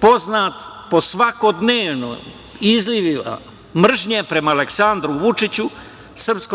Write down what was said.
poznat po svakodnevnim izlivima mržnje prema Aleksandru Vučiću, SNS,